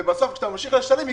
וכשאתה ממשיך לשלם,